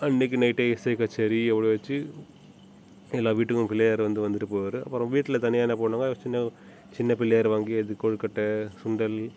அன்னிக்கு நைட்டே இசை கச்சேரி அவ்வளோ வச்சி எல்லா வீட்டுக்கும் பிள்ளையார் வந்து வந்துவிட்டு போவார் அப்புறோம் வீட்டில தனியாக என்ன பண்ணுவாங்க சின்ன சின்ன பிள்ளையார் வாங்கி அதுக் கொழுக்கட்டை சுண்டல்